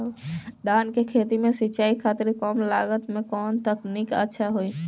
धान के खेती में सिंचाई खातिर कम लागत में कउन सिंचाई तकनीक अच्छा होई?